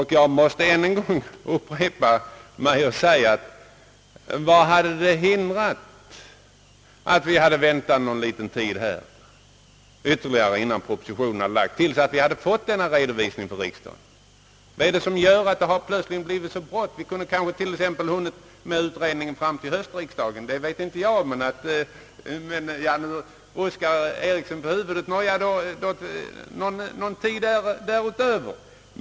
Jag måste än en gång upprepa: Vad hade hindrat att man väntat ytterligare någon liten tid med propositionens framläggande, tills vi hade fått denna redovisning för riksdagen? Varför har det plötsligt blivit så bråttom? Vi hade kanske hunnit få se utredningen till höstriksdagen. Nu ruskar herr Ericsson på huvudet. Nå ja, något senare då.